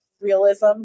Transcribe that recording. realism